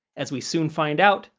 as we soon find out,